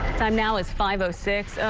time now is five oh six.